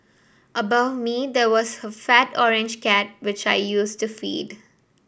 above me there was a fat orange cat which I used to feed